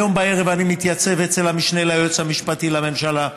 היום בערב אני מתייצב אצל המשנה ליועץ המשפטי לממשלה.